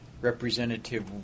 Representative